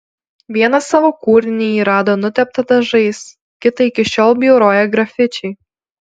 vieną savo kūrinį ji rado nuteptą dažais kitą iki šiol bjauroja grafičiai